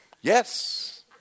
Yes